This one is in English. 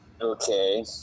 Okay